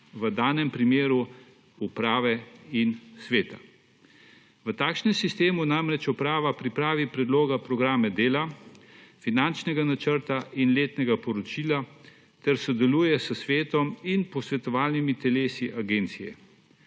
v danem primeru uprave in sveta. V takšnem sistemu namreč uprava pripravi predloge programa dela, finančnega načrta in letnega poročila ter sodeluje s svetom in posvetovalnimi telesi agencije.